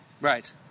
right